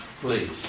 please